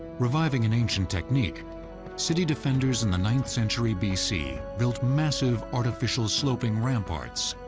reviving an ancient technique city defenders in the ninth century bc built massive, artificial sloping ramparts,